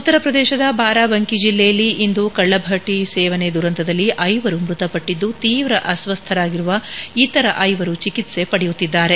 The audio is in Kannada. ಉತ್ತರ ಪ್ರದೇಶದ ಬಾರಾಬಂಕಿ ಜಿಲ್ಲೆಯಲ್ಲಿ ಇಂದು ಕಳ್ಳಭಟ್ಟಿ ಸೇವನೆ ದುರಂತದಲ್ಲಿ ಐವರು ಮೃತಪಟ್ಟಿದ್ದು ತೀವ್ರ ಅಸ್ವಸ್ಥರಾಗಿರುವ ಇತರ ಐವರು ಚಿಕಿತ್ಸೆ ಪಡೆಯುತ್ತಿದ್ದಾರೆ